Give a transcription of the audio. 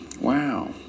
Wow